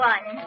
One